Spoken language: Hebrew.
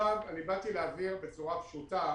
אני באתי להבהיר בצורה פשוטה